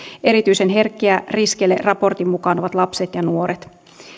erityisen herkkiä riskeille raportin mukaan ovat lapset ja nuoret